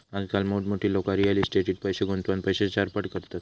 आजकाल मोठमोठी लोका रियल इस्टेटीट पैशे गुंतवान पैशे चारपट करतत